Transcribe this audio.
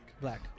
Black